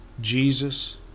Jesus